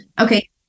okay